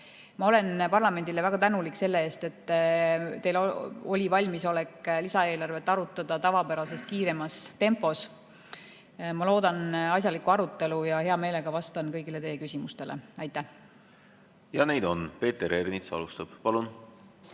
Ma olen parlamendile väga tänulik selle eest, et teil oli valmisolek lisaeelarvet arutada tavapärasest kiiremas tempos. Ma loodan asjalikku arutelu ja hea meelega vastan kõigile teie küsimustele. Aitäh! Ja neid on. Peeter Ernits alustab. Palun!